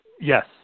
Yes